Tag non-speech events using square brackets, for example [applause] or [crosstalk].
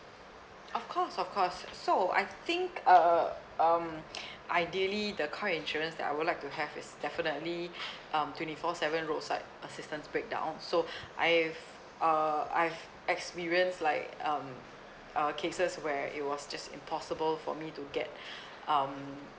of course of course so I think uh um [breath] ideally the car insurance that I would like to have is definitely um twenty four seven roadside assistance breakdown so I've uh I've experienced like um uh cases where it was just impossible for me to get um